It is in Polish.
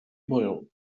boją